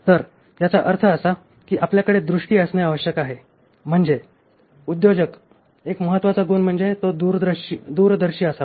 तर याचा अर्थ असा की आपल्याकडे दृष्टी असणे आवश्यक आहे म्हणजे उद्योजक 'एक महत्त्वाचा गुण म्हणजे तो दूरदर्शी असावा